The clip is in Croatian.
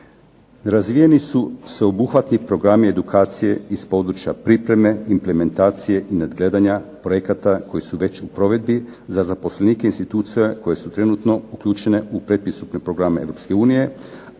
razvijeni su sveobuhvatni programi edukacije iz područja pripreme, implementacije i nadgledanja projekata koji su već u provedbi za zaposlenike i institucije koje su trenutno uključene u pretpristupne programe